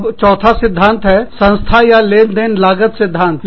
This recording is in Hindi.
अब चौथा सिद्धांत है एक संस्था या लेनदेन लागत सिद्धांत है